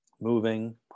moving